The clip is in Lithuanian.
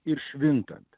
ir švintant